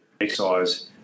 exercise